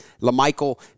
LaMichael